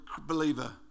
believer